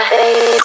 baby